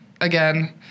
again